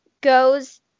goes